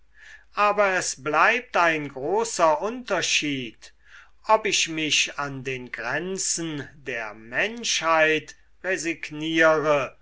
aber es bleibt ein großer unterschied ob ich mich an den grenzen der menschheit resigniere